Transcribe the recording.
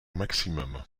maximum